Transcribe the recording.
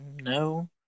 no